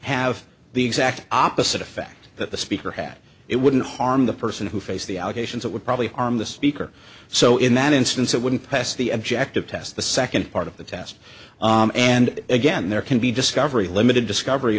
have the exact opposite effect that the speaker had it wouldn't harm the person who face the allegations that were probably arm the speaker so in that instance it wouldn't pass the objective test the second part of the test and again there can be discovery limited discovery